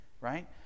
Right